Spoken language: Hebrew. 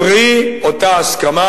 פרי אותה הסכמה.